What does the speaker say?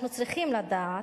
אנחנו צריכים לדעת,